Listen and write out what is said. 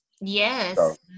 yes